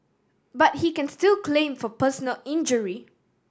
but he can still claim for personal injury